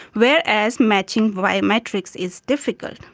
whereas matching biometrics is difficult.